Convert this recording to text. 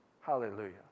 Hallelujah